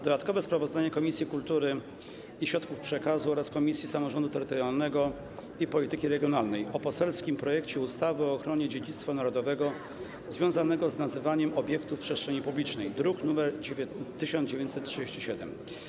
Dodatkowe sprawozdanie Komisji Kultury i Środków Przekazu oraz Komisji Samorządu Terytorialnego i Polityki Regionalnej o poselskim projekcie ustawy o ochronie dziedzictwa narodowego związanego z nazywaniem obiektów przestrzeni publicznej, druk nr 1937.